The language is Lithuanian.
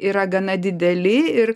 yra gana dideli ir